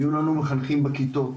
ויהיו לנו מחנכים בכיתות,